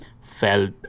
felt